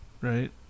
right